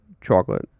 chocolate